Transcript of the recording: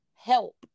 Help